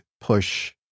push